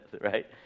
right